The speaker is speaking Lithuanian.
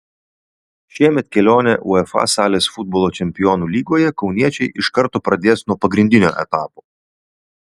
šiemet kelionę uefa salės futbolo čempionų lygoje kauniečiai iš karto pradės nuo pagrindinio etapo